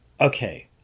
okay